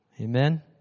Amen